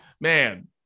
man